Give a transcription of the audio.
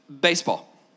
Baseball